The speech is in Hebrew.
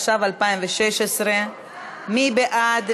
התשע"ו 2016. מי בעד?